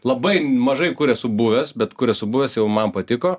labai mažai kur esu buvęs bet kur esu buvęs jau man patiko